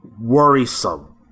worrisome